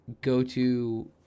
go-to